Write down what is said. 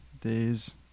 days